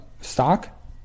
stock